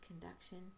conduction